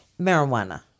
Marijuana